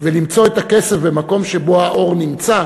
ולמצוא את הכסף במקום שבו האור נמצא,